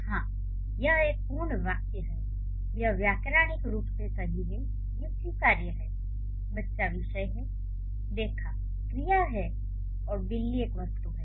हाँ यह एक पूर्ण वाक्य है यह व्याकरणिक रूप से सही है ये स्वीकार्य है "बच्चा" विषय है "देखा" क्रिया है और "बिल्ली" एक वस्तु है